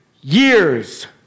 years